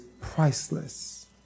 priceless